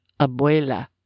abuela